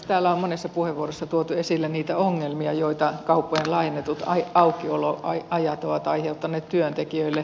täällä on monessa puheenvuorossa tuotu esille niitä ongelmia joita kauppojen laajennetut aukioloajat ovat aiheuttaneet työntekijöille